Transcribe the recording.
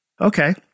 Okay